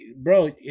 bro